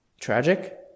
tragic